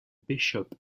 bishop